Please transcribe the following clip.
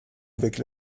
avec